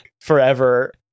forever